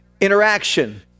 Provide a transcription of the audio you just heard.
interaction